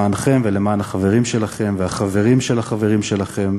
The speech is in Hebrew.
למענכם, למען החברים שלכם, החברים של החברים שלכם,